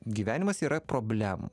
gyvenimas yra problemų